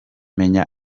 menya